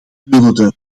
wilde